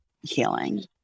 healing